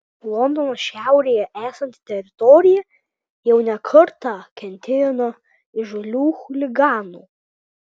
londono šiaurėje esanti teritorija jau ne kartą kentėjo nuo įžūlių chuliganų